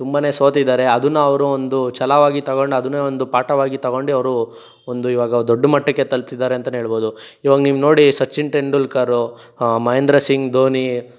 ತುಂಬನೇ ಸೋತಿದ್ದಾರೆ ಅದನ್ನು ಅವರು ಒಂದು ಛಲವಾಗಿ ತಗೊಂಡು ಅದನ್ನೇ ಒಂದು ಪಾಠವಾಗಿ ತಗೊಂಡು ಅವರು ಒಂದು ಇವಾಗ ದೊಡ್ಡ ಮಟ್ಟಕ್ಕೆ ತಲುಪಿದ್ದಾರೆ ಅಂತಲೇ ಹೇಳ್ಬೋದು ಇವಾಗ ನೀವು ನೋಡಿ ಸಚಿನ್ ತೆಂಡುಲ್ಕರ್ ಮಹೇಂದ್ರ ಸಿಂಗ್ ಧೋನಿ